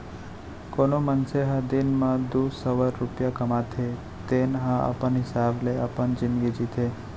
कोनो मनसे ह दिन म दू सव रूपिया कमाथे तेन ह अपन हिसाब ले अपन जिनगी जीथे